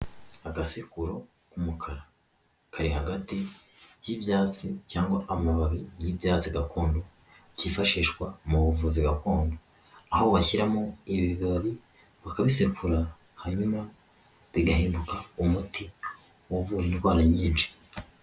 Agasekururo k'umukara, kari hagati y'ibyatsi cyangwa amababi y'ibyatsi gakondo, byifashishwa mu buvuzi gakondo, aho bashyiramo ibibabi bakabisekura hanyuma bigahinduka umuti uvura indwara nyinshi.